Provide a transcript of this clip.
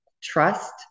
trust